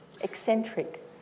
eccentric